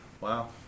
wow